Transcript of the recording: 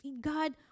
God